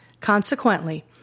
Consequently